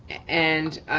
and